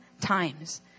times